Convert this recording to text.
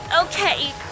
Okay